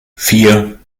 vier